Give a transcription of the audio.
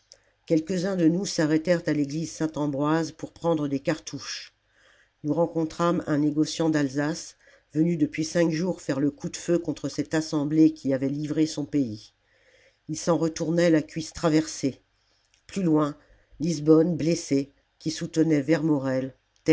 quelques-uns de nous s'arrêtèrent à l'église saintambroise pour prendre des cartouches nous rencontrâmes un négociant d'alsace venu depuis cinq jours faire le coup de feu contre cette assemblée qui avait livré son pays il s'en retournait la cuisse traversée plus loin lisbonne blessé qui soutenait vermorel